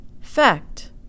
fact